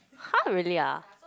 !huh! really ah